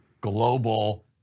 global